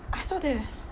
I thought they